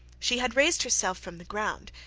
she had raised herself from the ground,